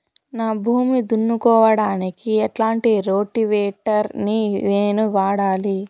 నా భూమి దున్నుకోవడానికి ఎట్లాంటి రోటివేటర్ ని నేను వాడాలి?